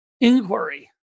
inquiry